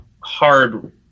hard